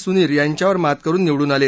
सुनीर यांच्यावर मात करत निवडून आले